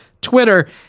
Twitter